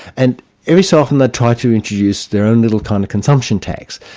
and every so often they'd try to and reduce their own little kind of consumption tax,